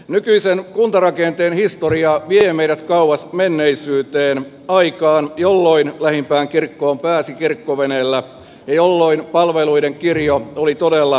nykyisen kuntarakenteen historia vie meidät kauas menneisyyteen aikaan jolloin lähimpään kirkkoon pääsi kirkkoveneellä ja jolloin palveluiden kirjo oli todella vaatimaton